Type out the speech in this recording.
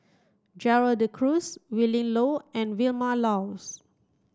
Gerald De Cruz Willin Low and Vilma Laus